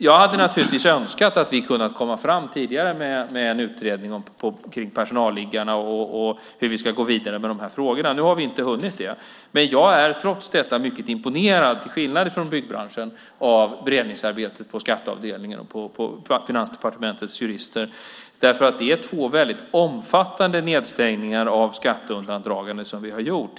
Jag hade naturligtvis önskat att vi kunnat komma fram tidigare med en utredning kring personalliggarna och hur vi ska gå vidare med de här frågorna. Nu har vi inte hunnit det. Men jag är trots detta mycket imponerad, till skillnad från byggbranschen, av beredningsarbetet av juristerna på skatteavdelningen på Finansdepartementet. Det är nämligen två väldigt omfattande stängningar av skatteundandragande som vi har gjort.